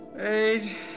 eight